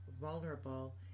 vulnerable